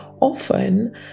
Often